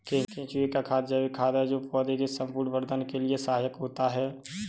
केंचुए का खाद जैविक खाद है जो पौधे के संपूर्ण वर्धन के लिए सहायक होता है